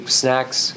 snacks